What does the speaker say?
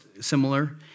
similar